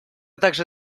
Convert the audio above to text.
также